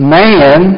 man